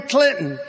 Clinton